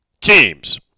teams